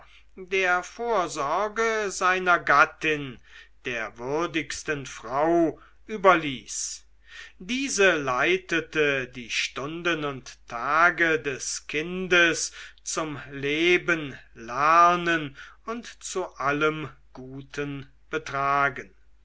der vorsorge seiner gattin der würdigsten frau überließ diese leitete die stunden und tage des kindes zum leben lernen und zu allem guten betragen